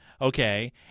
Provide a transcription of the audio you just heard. Okay